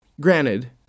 Granted